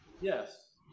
yes